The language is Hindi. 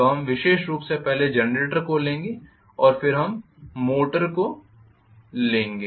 तो हम विशेष रूप से पहले जनरेटर को लेंगे और फिर हम मोटर में जाएंगे